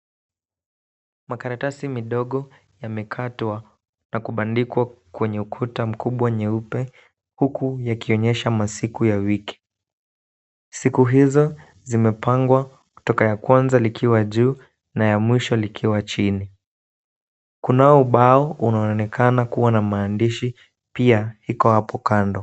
Makaratasi midogo imekatwakubandikwa kwenye ukuta mkubwa nyeupe huku yakionyesha masiku ya wiki. Siku hizo zimepangwa kutoka la kwanza likiwa juu na la mwisho likiwa chini. Kunao ubao unaonekana kuwa na maandishi pia iko hapo kando.